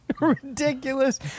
ridiculous